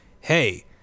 Hey